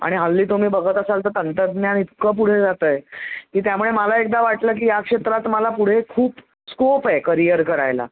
आणि हल्ली तुम्ही बघत असाल तर तंत्रज्ञान इतकं पुढे जातं आहे की त्यामुळे मला एकदा वाटलं की या क्षेत्रात मला पुढे खूप स्कोप आहे करियर करायला